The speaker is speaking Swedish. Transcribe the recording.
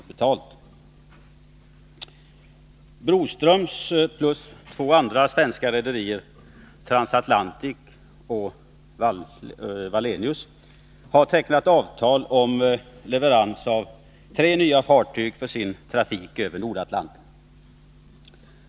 Nr 38 Broströms plus två andra svenska rederier — Transatlantic och Wallenius — Onsdagen den har tecknat avtal om leverans av tre nya fartyg för sin trafik över 1 december 1982 Nordatlanten.